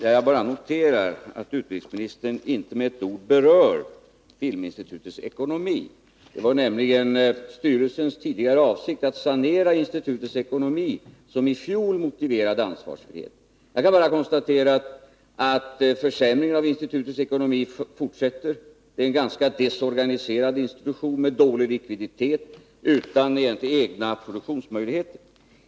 Fru talman! Jag noterar att utbildningsministern inte med ett ord berör filminstitutets ekonomi. Det var nämligen styrelsens tidigare avsikt att sanera institutets ekonomi som i fjol motiverade ansvarsfrihet. Jag kan bara konstatera att försämringen av institutets ekonomi fortsätter. Det är en ganska desorganiserad institution, med dålig likviditet och egentligen utan egna produktionsmöjligheter.